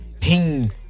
ping